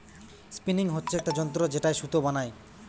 spinning হচ্ছে একটা যন্ত্র যেটায় সুতো বানাই